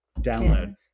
download